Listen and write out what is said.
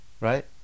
right